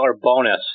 bonus